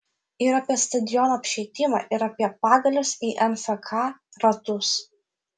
ir apie stadionų apšvietimą ir apie pagalius į nfka ratus